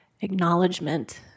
acknowledgement